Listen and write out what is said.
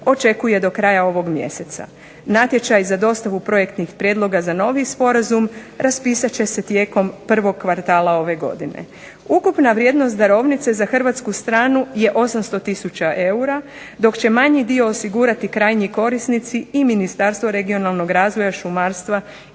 očekuje do kraja ovog mjeseca. Natječaj za dostavu projektnih prijedloga za novi sporazum raspisat će se tijekom prvog kvartala ove godine. Ukupna vrijednost darovnice za hrvatsku stranu je 800 tisuća eura, dok će manji dio osigurati krajnji korisnici i Ministarstvo regionalnog razvoja, šumarstva